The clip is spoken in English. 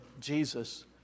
Jesus